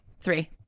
Three